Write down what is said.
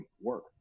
work